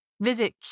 Visit